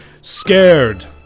Scared